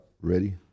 Ready